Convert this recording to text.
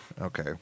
Okay